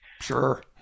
Sure